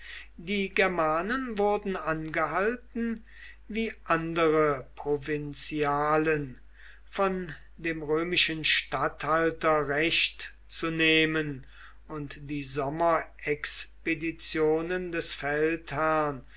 die germanen wurden angehalten wie andere provinzialen von dem römischen statthalter recht zu nehmen und die sommerexpeditionen des feldherrn